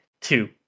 two